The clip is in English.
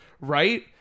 Right